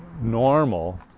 normal